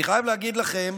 אני חייב להגיד לכם